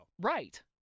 Right